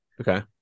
Okay